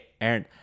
Aaron